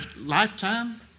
lifetime